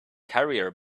carrier